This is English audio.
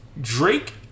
Drake